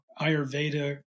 Ayurveda